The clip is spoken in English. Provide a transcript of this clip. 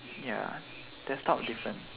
ya desktop different